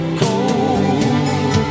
cold